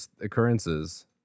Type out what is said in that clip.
occurrences